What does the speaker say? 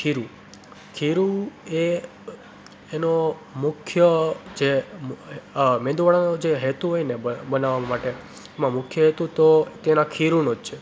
ખીરું ખીરું એ એનો મુખ્ય જે મેંદુવડાનો જે હેતુ હોય ને બનાવવા માટે એમાં મુખ્ય હેતુ તો તેનાં ખીરુંનો જ છે